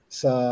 sa